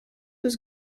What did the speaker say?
was